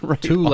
two